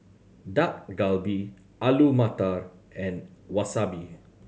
Dak Galbi Alu Matar and Wasabi